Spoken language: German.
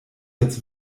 jetzt